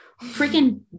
freaking